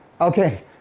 Okay